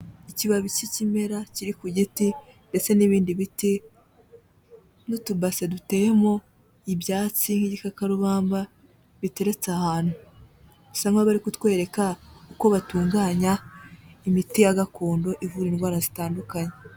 Ikibabi cy'ikimera kiri ku giti ndetse n'ibindi biti n'utubase duteyemo ibyatsi nk'igikakarubamba biteretse ahantu, bisa nkaho bari kutwereka uko batunganya imiti ya gakondo ivura indwara zitandukanye.